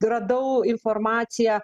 radau informaciją